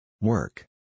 Work